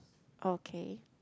okay